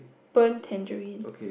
burnt tangerine